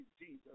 Jesus